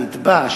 הנתבע,